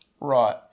Right